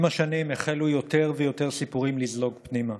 עם השנים החלו יותר ויותר סיפורים לזלוג פנימה.